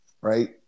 right